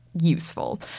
useful